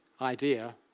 idea